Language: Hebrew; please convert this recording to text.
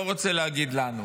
לא רוצה להגיד "לנו"